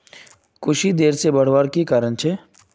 कुशी देर से बढ़वार की कारण छे?